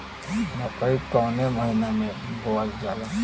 मकई कवने महीना में बोवल जाला?